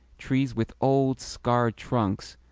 trees with old, scarred trunks,